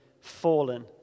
fallen